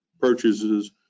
purchases